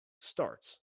starts